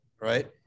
right